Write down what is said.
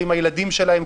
עם הילדים שלהם,